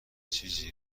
چیزی